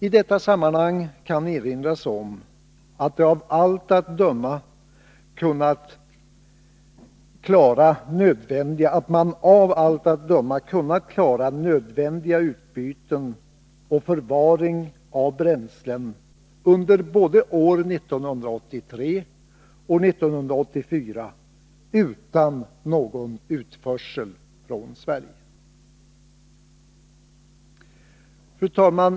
I detta sammanhang kan erinras om att man av allt att döma hade kunnat klara nödvändiga utbyten och förvaring av bränsle under både år 1983 och 1984 utan någon utförsel från Sverige. Fru talman!